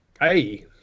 Hey